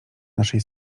naszej